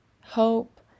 hope